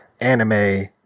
anime